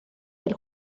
del